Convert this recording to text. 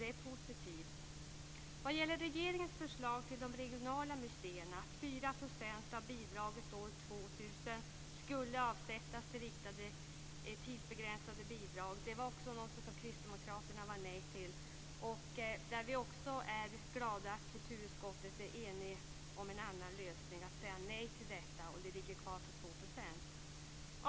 Det är positivt. Också regeringens förslag om de regionala museerna, att 4 % av bidraget år 2000 skulle avsättas till riktade, tidsbegränsade bidrag, var något som Kristdemokraterna sade nej till. Det ligger kvar på 2 %.